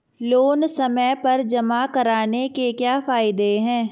Loan समय पर जमा कराने के क्या फायदे हैं?